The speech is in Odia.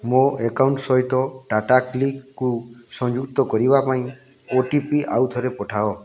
ମୋ ଆକାଉଣ୍ଟ ସହିତ ଟାଟାକ୍ଲିକକୁ ସଂଯୁକ୍ତ କରିବା ପାଇଁ ଓ ଟି ପି ଆଉଥରେ ପଠାଅ